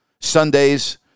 Sundays